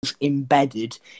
embedded